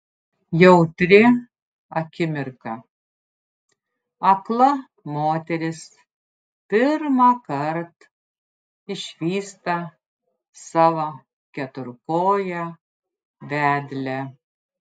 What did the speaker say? jautri akimirka akla moteris pirmąkart išvysta savo keturkoję vedlę